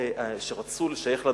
שרצו לשייך לנו